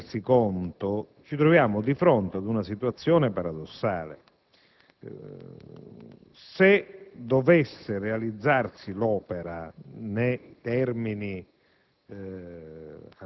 può rendersi conto, ci troviamo dinanzi a una situazione paradossale. Se dovesse realizzarsi l'opera nei termini